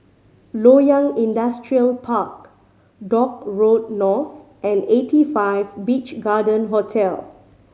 Loyang Industrial Park Dock Road North and Eighty Five Beach Garden Hotel